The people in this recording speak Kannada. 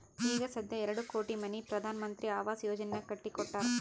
ಈಗ ಸಧ್ಯಾ ಎರಡು ಕೋಟಿ ಮನಿ ಪ್ರಧಾನ್ ಮಂತ್ರಿ ಆವಾಸ್ ಯೋಜನೆನಾಗ್ ಕಟ್ಟಿ ಕೊಟ್ಟಾರ್